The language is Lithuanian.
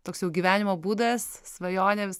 toks jau gyvenimo būdas svajonė vis